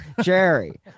Jerry